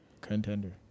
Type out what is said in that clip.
Contender